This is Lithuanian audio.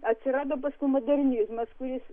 atsirado paskui modernizmas kuris